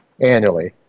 annually